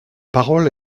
parole